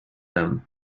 them